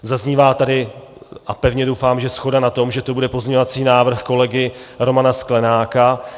Zaznívá tady, a pevně doufám, že shoda na tom, že to bude pozměňovací návrh kolegy Romana Sklenáka.